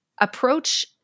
approach